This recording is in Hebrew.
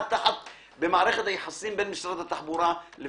יש לזה משמעויות מטורפות: זה רישיונות,